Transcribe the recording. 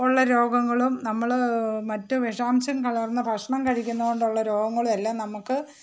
ഉള്ള രോഗങ്ങളും നമ്മൾ മറ്റ് വിഷാംശം കലർന്ന ഭക്ഷണം കഴിക്കുന്നത് കൊണ്ടുള്ള രോഗങ്ങളും എല്ലാം നമ്മൾക്ക്